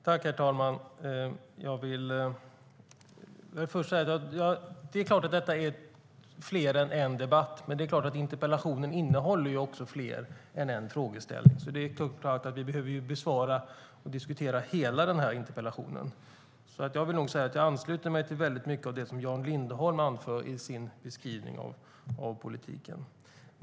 Herr talman! Det är klart att det blir debatt om mer än en sak. Men interpellationen innehåller mer än en frågeställning. Vi behöver därför diskutera hela interpellationen. Jag ansluter mig till mycket av det som Jan Lindholm anförde i sin beskrivning av politiken.